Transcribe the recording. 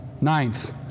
Ninth